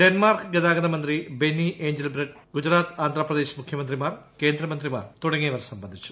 Denmark ഗതാഗതമന്ത്രി Benny Engelbrecht Gujarat Andhra Pradesh മുഖ്യമന്ത്രിമാർ കേന്ദ്രമന്ത്രിമാർ തുടങ്ങിയവർ സംബന്ധിച്ചു